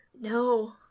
No